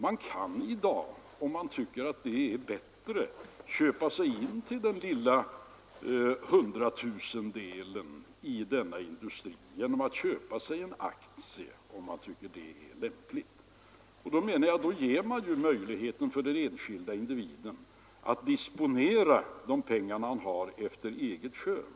Man kan i dag, om man tycker att det är lämpligt, köpa in sig med en hundratusendel i denna industri genom att köpa sig en aktie. Då får den enskilde individen möjlighet att disponera de pengar han har efter eget skön.